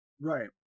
Right